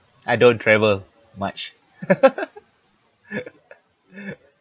I don't travel much